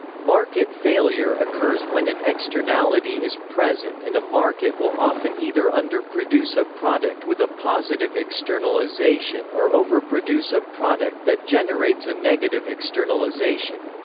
market failure occurs when an externality is present and a market will often either under-produce a product with a positive externalisation or overproduce a product that generates a negative externalisation.